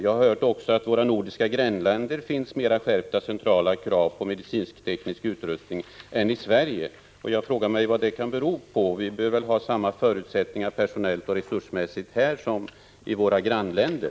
Jag har också hört att det i våra nordiska grannländer ställs större krav på medicinteknisk utrustning än det görs i Sverige. Jag frågar mig vad det kan bero på. Vi behöver väl ha samma förutsättningar personellt och resursmässigt här som i våra grannländer?